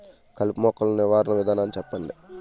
కలుపు మొక్కలు నివారణ విధానాన్ని చెప్పండి?